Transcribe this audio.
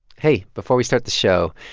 hey, before we start the show,